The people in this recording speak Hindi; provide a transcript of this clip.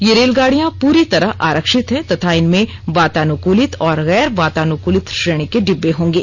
ये रेलगाड़ियां पूरी तरह आरक्षित हैं तथा इनमें वातानुकूलित और गैर वातानुकूलित श्रेणी के डिब्बे होंगे